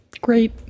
great